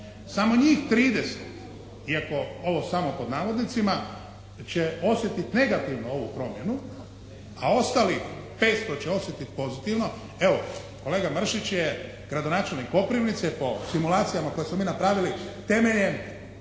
samo njih 30 iako ovo samo pod navodnicima će osjetiti negativno ovu promjenu, a ostalih 500 će osjetiti pozitivno evo kolega Mršić je gradonačelnik Koprivnice. Po simulacijama koje smo mi napravili temeljem